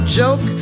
joke